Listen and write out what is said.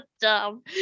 dumb